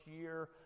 year